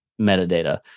metadata